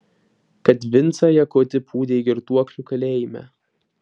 kad vincą jakutį pūdei girtuoklių kalėjime